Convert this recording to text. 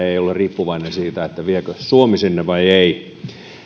ei ole riippuvainen siitä viekö suomi sinne vai ei